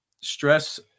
stress